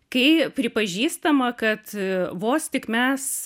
kai pripažįstama kad vos tik mes